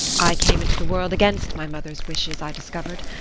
i came into the world against my mother's wishes, i discovered,